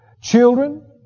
children